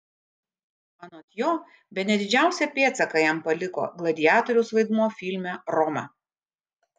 anot jo bene didžiausią pėdsaką jam paliko gladiatoriaus vaidmuo filme roma